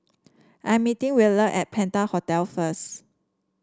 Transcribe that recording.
I'm meeting Wheeler at Penta Hotel first